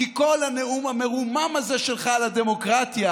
כי כל הנאום המרומם הזה שלך על הדמוקרטיה